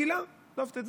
היום זה מגילה, דף ט"ז.